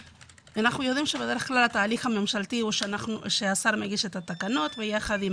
אנחנו יודעים שבדרך כלל התהליך הממשלתי הוא שהשר מגיש את התקנות ויחד עם